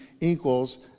equals